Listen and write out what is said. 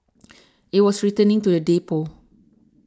it was returning to the depot